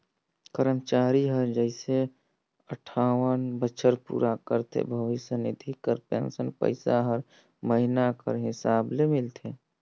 करमचारी हर जइसे अंठावन बछर पूरा करथे भविस निधि कर पेंसन पइसा हर महिना कर हिसाब ले मिलथे